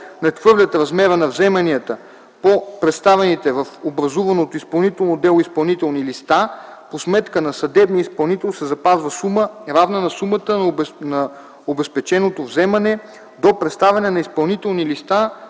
надхвърлят размера на вземанията по представените в образуваното изпълнително дело изпълнителни листа, по сметка на съдебния изпълнител се запазва сума, равна на сумата на обезпеченото вземане до представяне на изпълнителни листа